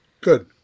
Good